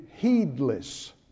heedless